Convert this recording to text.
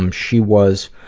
um she was